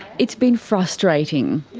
it's been frustrating.